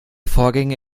vorgänge